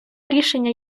рішення